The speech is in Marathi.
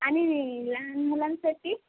आणि मी लहान मुलांसाठी